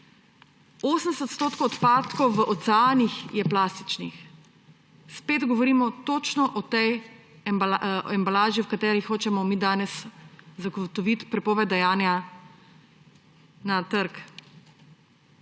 80 % odpadkov v oceanih je plastičnih. Spet govorimo točno o tej embalaži, za katero hočemo mi danes zagotoviti prepoved dajanja na trg.